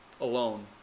alone